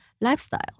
lifestyle